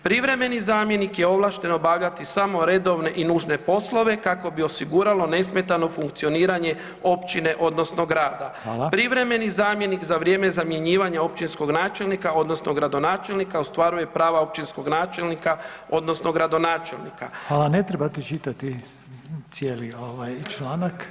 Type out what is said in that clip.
Privremeni zamjenik je ovlašten obavljati samo redovne i nužne poslove kako bi osiguralo nesmetano funkcioniranje općine odnosno grada [[Upadica: Hvala.]] Privremeni zamjenik za vrijeme zamjenjivanja općinskog načelnika odnosno gradonačelnika ostvaruje prava općinskog načelnika odnosno gradonačelnika.